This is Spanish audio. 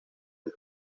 del